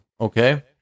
Okay